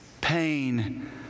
pain